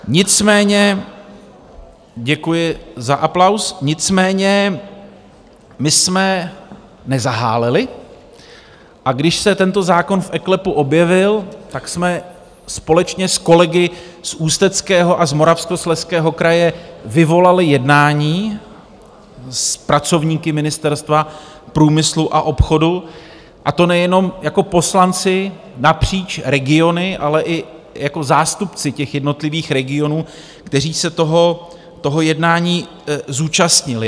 Nicméně děkuji za aplaus nicméně my jsme nezaháleli, a když se tento zákon v eKLEPu objevil, tak jsme společně s kolegy z Ústeckého a z Moravskoslezského kraje vyvolali jednání s pracovníky Ministerstva průmyslu a obchodu, a to nejenom jako poslanci napříč regiony, ale i jako zástupci jednotlivých regionů, kteří se toho jednání zúčastnili.